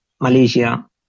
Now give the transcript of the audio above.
Malaysia